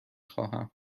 خواهم